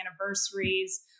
anniversaries